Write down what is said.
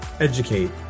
educate